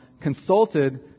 consulted